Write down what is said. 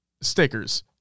stickers